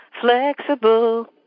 flexible